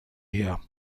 her